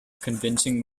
convincing